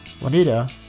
Juanita